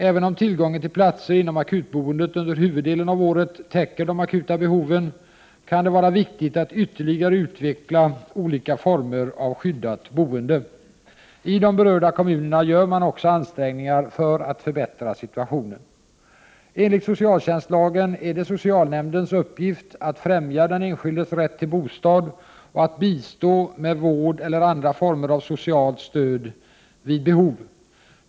Även om tillgången till platser inom akutboendet under huvuddelen av året täcker de akuta behoven kan det vara viktigt att ytterligare utveckla olika former av skyddat boende. I de berörda kommunerna gör man också ansträngningar för att förbättra situationen. Enligt socialtjänstlagen är det socialnämndens uppgift att främja den enskildes rätt till bostad och att bistå med vård eller andra former av socialt stöd vid behov.